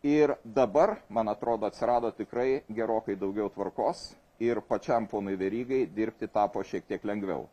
ir dabar man atrodo atsirado tikrai gerokai daugiau tvarkos ir pačiam ponui verygai dirbti tapo šiek tiek lengviau